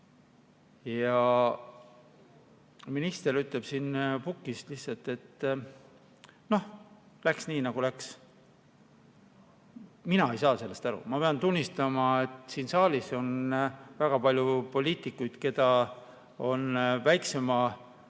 Ja minister ütleb siin pukis lihtsalt, et noh, läks nii, nagu läks. Mina ei saa sellest aru. Ma pean tunnistama, et siin saalis on väga palju poliitikuid, keda on väikeste